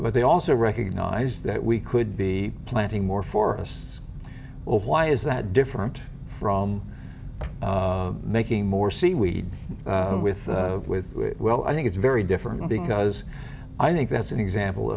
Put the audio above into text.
but they also recognize that we could be planting more for us or why is that different from making more seaweed with with well i think it's very different because i think that's an example